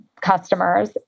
customers